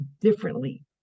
differently